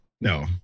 no